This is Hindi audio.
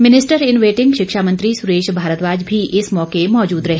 मिनिस्टर इन वेटिंग शिक्षा मंत्री सुरेश भारद्वाज भी इस मौके मौजूद रहे